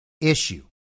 issue